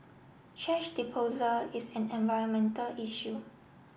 thrash disposal is an environmental issue